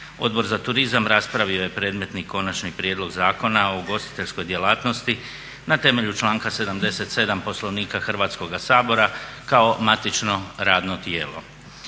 Odbor za turizam raspravio je predmetni konačni prijedlog Zakona o ugostiteljskoj djelatnosti na temelju članka 77. Poslovnika Hrvatskoga sabora kao matično radno tijelo.